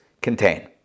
contain